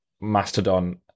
Mastodon